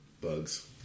Bugs